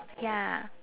ya